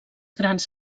grans